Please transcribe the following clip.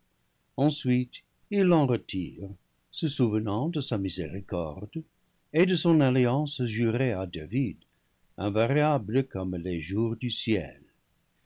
ensuite il l'en retire se souvenant de sa miséricorde et de son alliance jurée à david invariable comme les jours du ciel